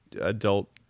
adult